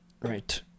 right